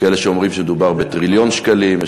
יש כאלה שאומרים שמדובר בטריליון שקלים,